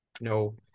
No